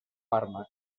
fàrmac